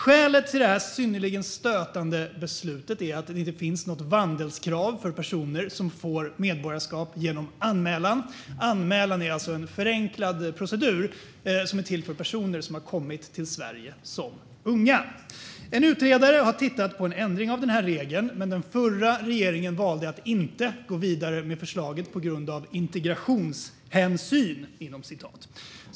Skälet till detta synnerligen stötande beslut är att det inte finns något vandelskrav för personer som får medborgarskap genom anmälan, alltså en förenklad procedur som är till för personer som har kommit till Sverige som unga. En utredare har tittat på en ändring av den här regeln, men den förra regeringen valde att inte gå vidare med förslaget på grund av "integrationshänsyn".